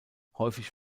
häufig